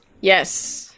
Yes